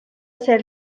ser